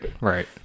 right